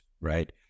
right